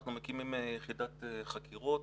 אנחנו מקימים יחידת חקירות.